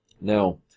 Now